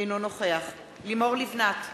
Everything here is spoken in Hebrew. אינו נוכח לימור לבנת,